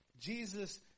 Jesus